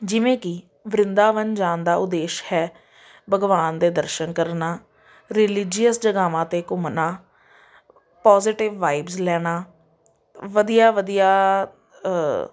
ਜਿਵੇਂ ਕਿ ਵਰਿੰਦਾਵਨ ਜਾਣ ਦਾ ਉਦੇਸ਼ ਹੈ ਭਗਵਾਨ ਦੇ ਦਰਸ਼ਨ ਕਰਨਾ ਰਿਲੀਜੀਅਸ ਜਗ੍ਹਾਵਾਂ 'ਤੇ ਘੁੰਮਣਾ ਪੋਜੀਟਿਵ ਵਾਈਬਸ ਲੈਣਾ ਵਧੀਆ ਵਧੀਆ